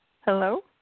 Hello